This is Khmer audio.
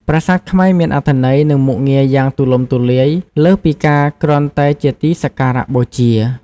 ប្រាសាទខ្មែរមានអត្ថន័យ និងមុខងារយ៉ាងទូលំទូលាយ លើសពីការគ្រាន់តែជាទីសក្ការៈបូជា។